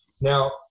Now